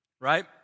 right